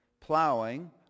plowing